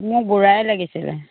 মোক বুঢ়াই লাগিছিল